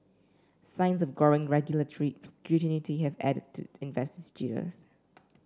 signs of growing regulatory scrutiny have added to investor jitters